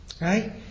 right